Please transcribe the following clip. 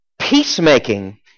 peacemaking